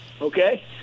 okay